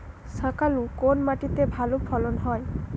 শাকালু কোন মাটিতে ভালো ফলন হয়?